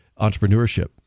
entrepreneurship